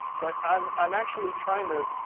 but i'm i'm actually trying to.